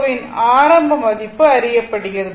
இன் ஆரம்ப மதிப்பு அறியப்படுகிறது